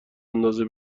اندازه